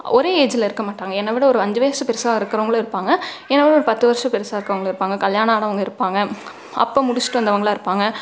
ஒரே ஏஜ்ல இருக்க மாட்டாங்க என்னைவிட ஒரு அஞ்சு வயசு பெருசாக இருக்கிறவங்களும் இருப்பாங்க என்னவிட ஒரு பத்து வர்ஷம் பெருசாக இருக்கிறவங்களும் இருப்பாங்க கல்யாணம் ஆனவங்க இருப்பாங்க அப்போ முடிச்சிட்டு வந்தவங்களாம் இருப்பாங்க